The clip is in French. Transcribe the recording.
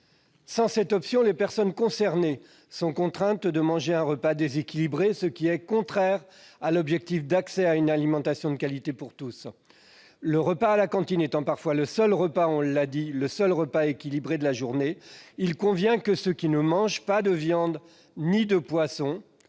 Sans cette option, les personnes concernées sont contraintes de manger un repas déséquilibré, ce qui est contraire à l'objectif d'accès à une alimentation de qualité pour tous. Le repas à la cantine étant parfois le seul repas équilibré de la journée, comme on l'a déjà dit, il convient que ceux qui ne mangent pas de viande ni de poisson,